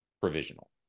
provisional